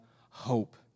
hope